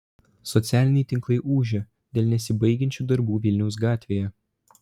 socialiniai tinklai ūžia dėl nesibaigiančių darbų vilniaus gatvėje